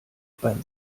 beim